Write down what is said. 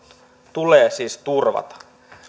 tulee siis turvata